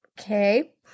Okay